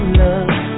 love